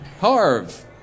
Harv